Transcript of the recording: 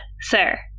sir